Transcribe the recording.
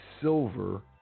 silver